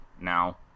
now